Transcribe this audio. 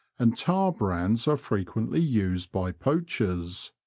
and tar brands are frequently used by poachers.